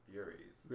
Furies